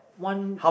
one